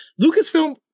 Lucasfilm